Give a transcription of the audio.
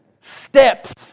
steps